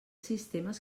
sistemes